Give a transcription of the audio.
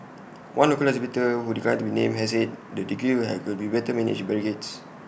one local exhibitor who declined to be named said the queue could be better managed with barricades